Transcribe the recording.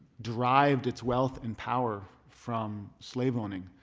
derived its wealth and power from slave owning.